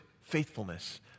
faithfulness